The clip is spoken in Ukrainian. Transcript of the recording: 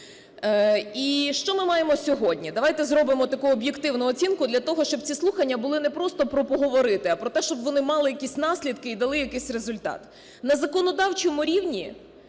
І що ми маємо сьогодні? Давайте зробимо таку об'єктивну оцінку для того, щоб ці слухання були не просто про поговорити, а про те, щоб вони мали якісь наслідки і дали якийсь результат. На законодавчому рівні